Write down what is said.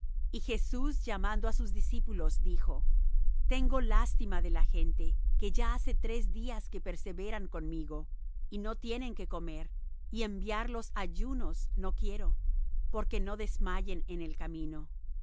y jesús llamando á sus discípulos dijo tengo lástima de la gente que ya hace tres días que perseveran conmigo y no tienen qué comer y enviarlos ayunos no quiero porque no desmayen en el camino